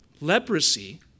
Leprosy